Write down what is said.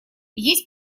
есть